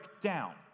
down